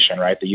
Right